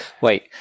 Wait